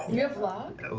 you have luck? oh,